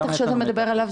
המתח שאתה מדבר עליו,